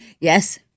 Yes